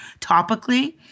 topically